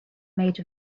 made